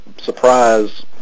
surprise